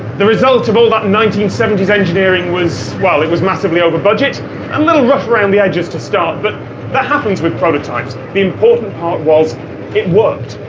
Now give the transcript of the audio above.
the result of all that nineteen seventy s engineering. well, it was massively over-budget and a little rough around the edges to start, but that happens with prototypes. the important part was it worked.